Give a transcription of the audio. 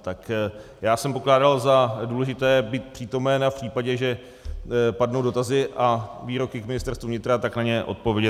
Tak já jsem pokládal za důležité být přítomen a v případě, že padnou dotazy a výroky k Ministerstvu vnitra, na ně odpovědět.